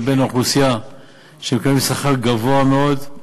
לבין האוכלוסייה שמקבלת שכר גבוה מאוד.